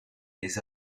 les